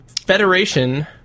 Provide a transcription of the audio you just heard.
Federation